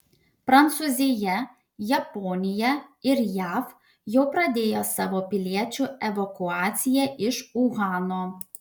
prancūzija japonija ir jav jau pradėjo savo piliečių evakuaciją iš uhano